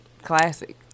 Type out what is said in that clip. classic